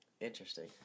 Interesting